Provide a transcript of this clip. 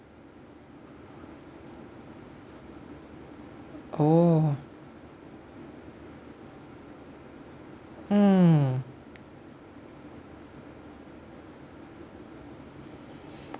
oh mm